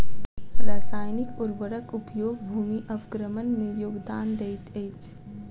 रासायनिक उर्वरक उपयोग भूमि अवक्रमण में योगदान दैत अछि